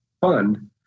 fund